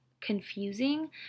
confusing